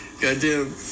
Goddamn